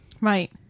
Right